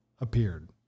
appeared